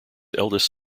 eldest